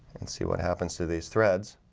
and see what happens to these threads